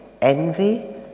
envy